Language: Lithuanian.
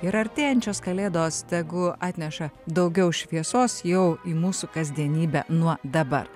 ir artėjančios kalėdos tegu atneša daugiau šviesos jau į mūsų kasdienybę nuo dabar